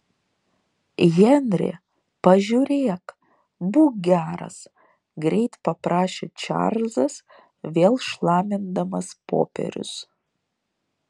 henri pažiūrėk būk geras greit paprašė čarlzas vėl šlamindamas popierius